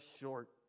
short